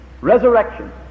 resurrection